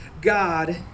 God